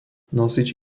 nosič